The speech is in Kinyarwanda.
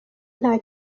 nta